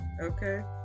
okay